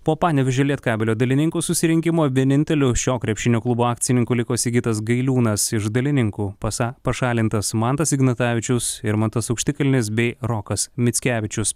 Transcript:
po panevėžio lietkabelio dalininkų susirinkimo vieninteliu šio krepšinio klubo akcininku liko sigitas gailiūnas iš dalininkų pasa pašalintas mantas ignatavičius irmantas aukštikalnis bei rokas mickevičius